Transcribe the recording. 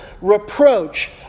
reproach